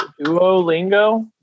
Duolingo